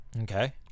Okay